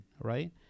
right